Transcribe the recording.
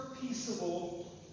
peaceable